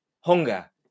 hunger